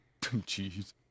Jeez